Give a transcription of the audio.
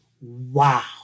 wow